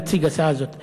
נציג הסיעה הזאת: